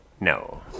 No